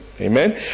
Amen